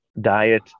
diet